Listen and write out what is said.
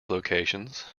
locations